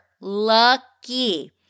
lucky